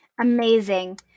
Amazing